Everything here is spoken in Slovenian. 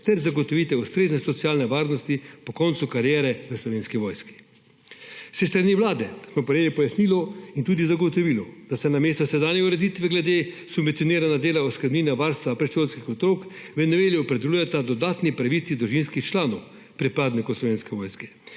ter zagotovitev ustrezne socialne varnosti po koncu kariere v Slovenski vojski. S strani Vlade smo prejeli pojasnilo in tudi zagotovilo, da se namesto sedanje ureditve glede subvencioniranja dela oskrbnine varstva predšolskih otrok v noveli opredeljujeta dodatni pravici družinskih članov pripadnika Slovenske vojske,